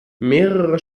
mehrere